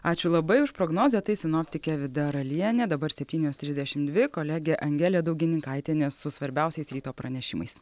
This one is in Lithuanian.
ačiū labai už prognozę tai sinoptikė vida ralienė dabar septynios trisdešimt dvi kolegė angelė daugininkaitienė su svarbiausiais ryto pranešimais